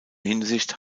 hinsicht